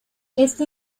este